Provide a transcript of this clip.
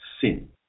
sin